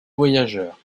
voyageurs